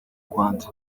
rwanda